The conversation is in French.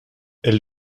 elle